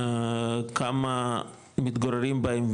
כמה מתגוררים בהם,